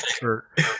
shirt